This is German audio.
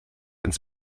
ins